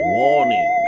warning